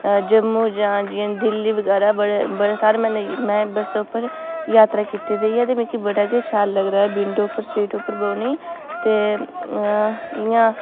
जम्मू जां जियां दिल्ली बगैरा बड़े बड़े सारें मैं बस उप्पर जात्तरा कीती दी ऐ ते मिगी बड़ा गै शैल लगदा ऐ विंडो पर सीट उप्पर बौह्ने ते इ'यां